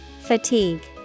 Fatigue